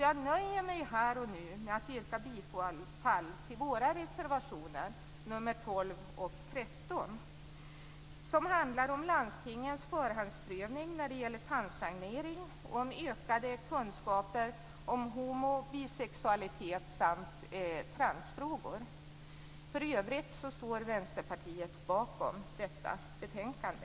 Jag nöjer mig här och nu med att yrka bifall till våra reservationer nr 12 och 13, som handlar om landstingens förhandsprövning när det gäller tandsanering och ökade kunskaper om homo och bisexualitet samt transfrågor. För övrigt står Vänsterpartiet bakom detta betänkande.